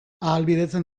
ahalbidetzen